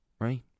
right